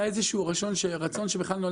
היה איזשהו רצון שנולד